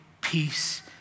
peace